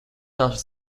dasz